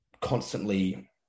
constantly